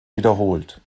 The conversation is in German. wiederholt